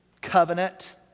covenant